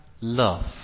love